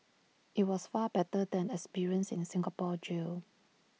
IT was far better than the experience in the Singapore jail